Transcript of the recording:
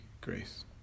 grace